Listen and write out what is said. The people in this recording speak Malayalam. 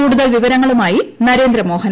കൂടുതൽ വിവരങ്ങളുമായി ന്ദർദ്ദ്മോഹൻ